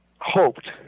hoped